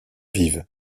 vive